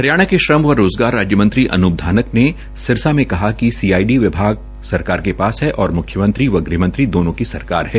हरियाणा के श्रम व रोजगार राज्य मंत्री अनूप धानक ने सिरसा में कहा कि सीआईडी विभाग सरकार के पास है और मुख्यमंत्री व गृह मंत्री दोनों की सरकार हैं